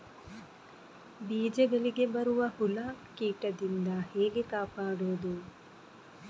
ಬೀಜಗಳಿಗೆ ಬರುವ ಹುಳ, ಕೀಟದಿಂದ ಹೇಗೆ ಕಾಪಾಡುವುದು?